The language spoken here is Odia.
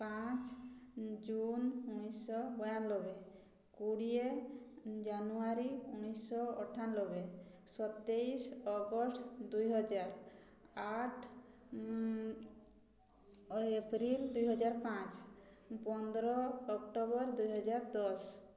ପାଞ୍ଚ ଜୁନ ଉଣେଇଶିଶହ ବୟାନବେ କୋଡ଼ିଏ ଜାନୁଆରୀ ଉଣେଇଶିଶହ ଅଠାନବେ ସତେଇଶ ଅଗଷ୍ଟ ଦୁଇହଜାର ଆଠ ଏପ୍ରିଲ ଦୁଇହଜାର ପାଞ୍ଚ ପନ୍ଦର ଅକ୍ଟୋବର ଦୁଇହଜାର ଦଶ